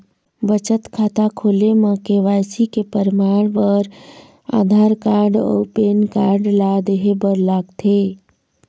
बचत खाता खोले म के.वाइ.सी के परमाण बर आधार कार्ड अउ पैन कार्ड ला देहे बर लागथे